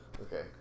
Okay